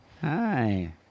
Hi